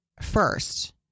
first